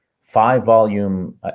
five-volume